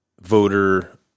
voter